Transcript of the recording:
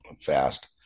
fast